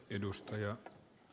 puhemies